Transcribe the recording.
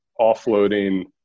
offloading